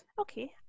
okay